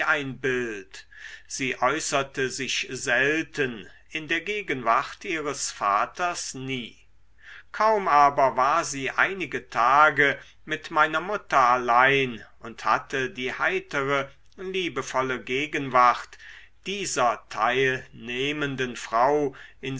ein bild sie äußerte sich selten in der gegenwart ihres vaters nie kaum aber war sie einige tage mit meiner mutter allein und hatte die heitere liebevolle gegenwart dieser teilnehmenden frau